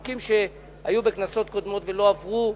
חוקים שהיו בכנסות קודמות ולא עברו,